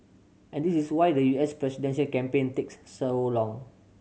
and this is why the U S presidential campaign takes so long